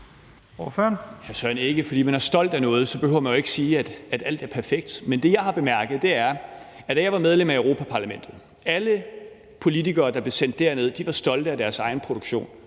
Hr. Søren Egge Rasmussen, fordi man er stolt af noget, behøver man jo ikke mene, at alt er perfekt. Men det, jeg bemærkede, da jeg var medlem af Europa-Parlamentet, var, at alle politikere, der blev sendt derned, var stolte af deres egen produktion,